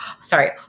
sorry